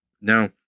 Now